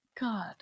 God